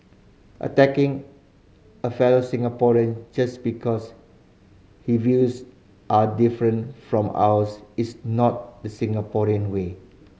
attacking a fellow Singaporean just because her views are different from ours is not the Singaporean way